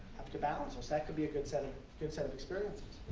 have to balance those, that could be good set and good set of experiences.